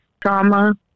trauma